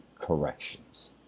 corrections